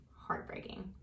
Heartbreaking